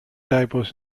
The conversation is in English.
typos